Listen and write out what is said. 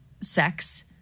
sex